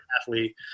athlete